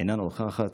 אינה נוכחת,